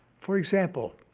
for example,